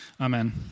Amen